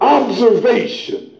observation